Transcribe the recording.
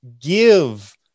give